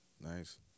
Nice